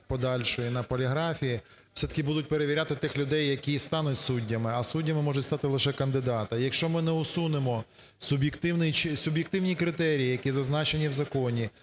подальшої на поліграфі, все-таки будуть перевіряти тих людей, які стануть суддями, а суддями можуть стати лише кандидати. Якщо ми не усунемо суб'єктивні критерії, які зазначені в законі,